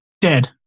Dead